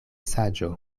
saĝo